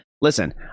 Listen